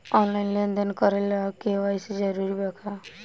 Online लेन देन करे ला के.वाइ.सी जरूरी बा का?